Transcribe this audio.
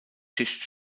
schicht